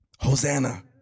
Hosanna